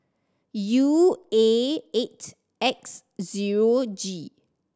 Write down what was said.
U A eight X zero G